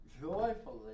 joyfully